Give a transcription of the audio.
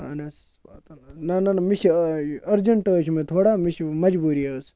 اَہن حظ نہ نہ نہ مےٚ چھِ أرجَنٹ حظ چھِ مےٚ تھوڑا مےٚ چھِ مَجبوٗری حظ